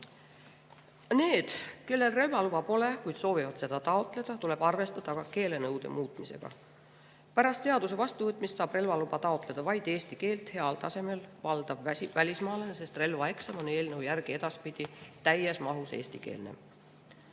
neil, kellel relvaluba pole, kuid kes soovivad seda taotleda, tuleb arvestada ka keelenõude muutmisega. Pärast seaduse vastuvõtmist saab relvaluba taotleda vaid eesti keelt heal tasemel valdav välismaalane, sest relvaeksam on eelnõu järgi edaspidi täies mahus eestikeelne. Relvaseaduse